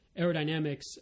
aerodynamics